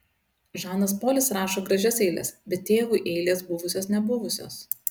žanas polis rašo gražias eiles bet tėvui eilės buvusios nebuvusios